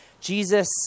Jesus